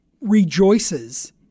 rejoices